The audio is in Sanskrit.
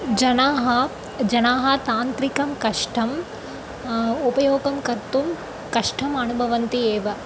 जनाः जनाः तान्त्रिकं कष्टम् उपयोगं कर्तुं कष्टम् अनुभवन्ति एव